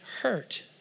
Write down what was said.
hurt